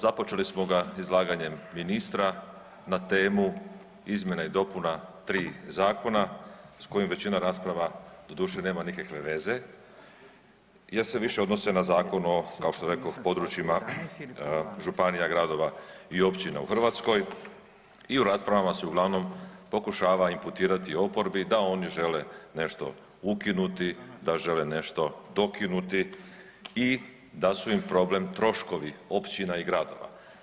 Započeli smo ga izlaganjem ministra na temu izmjena i dopuna tri zakona sa kojima većina rasprava doduše nema nikakve veze, jer se više odnose na Zakon o kao što rekoh područjima županija, gradova i općina u Hrvatskoj i u raspravama se uglavnom pokušava imputirati oporbi da oni žele nešto ukinuti, da žele nešto dokinuti i da su im problem troškovi općina i gradova.